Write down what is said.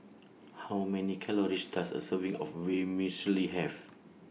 How Many Calories Does A Serving of Vermicelli Have